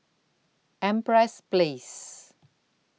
Empress Place